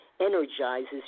energizes